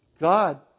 God